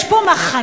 יש פה מחנות?